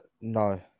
no